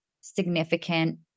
significant